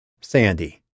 Sandy